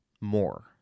more